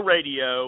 Radio